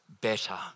better